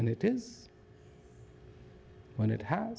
and it is when it ha